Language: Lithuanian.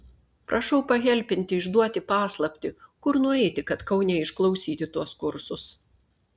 prašau pahelpinti išduoti paslaptį kur nueiti kad kaune išklausyti tuos kursus